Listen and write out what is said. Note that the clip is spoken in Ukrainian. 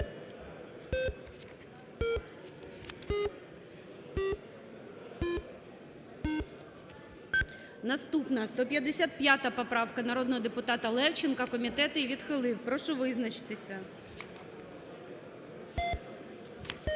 Наступна 155 поправка народного депутата Левченка, комітет її відхилив. Прошу визначитися. 11:36:57